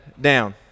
down